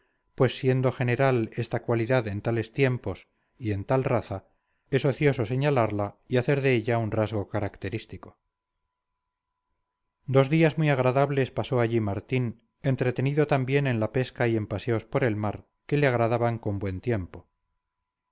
pues siendo general esta cualidad en tales tiempos y en tal raza es ocioso señalarla y hacer de ella un rasgo característico dos días muy agradables pasó allí martín entretenido también en la pesca y en paseos por el mar que le agradaban con buen tiempo